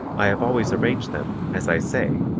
i have always arranged them, as i say,